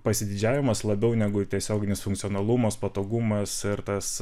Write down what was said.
pasididžiavimas labiau negu tiesioginis funkcionalumas patogumas ir tas